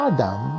Adam